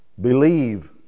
Believe